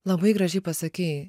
labai gražiai pasakei